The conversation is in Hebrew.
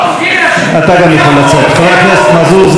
חבר הכנסת מזוז, סגן השר, צא, בבקשה.